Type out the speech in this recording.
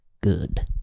Good